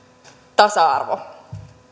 tasa arvo